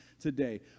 today